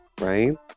right